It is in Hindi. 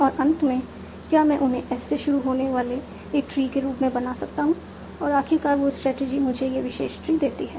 और अंत में क्या मैं उन्हें S से शुरू होने वाले एक ट्री के रूप में बना सकता हूं और आखिरकार वह स्ट्रेटजी मुझे यह विशेष ट्री देती है